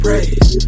Praise